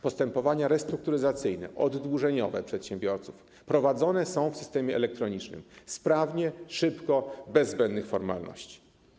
Postępowania restrukturyzacyjne, oddłużeniowe przedsiębiorców prowadzone są w systemie elektronicznym sprawnie, szybko, bez zbędnych formalności.